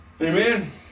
amen